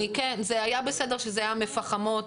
זה היה בסדר שזה היה מפחמות,